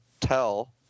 tell